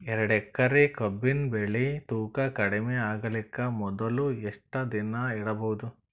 ಎರಡೇಕರಿ ಕಬ್ಬಿನ್ ಬೆಳಿ ತೂಕ ಕಡಿಮೆ ಆಗಲಿಕ ಮೊದಲು ಎಷ್ಟ ದಿನ ಇಡಬಹುದು?